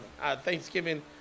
Thanksgiving